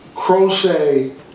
Crochet